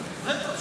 מאיראן,